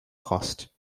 cost